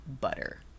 butter